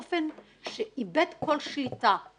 באופן שאיבד כל שליטה.